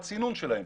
מעל 80 אחוזים.